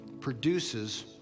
produces